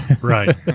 Right